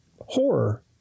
horror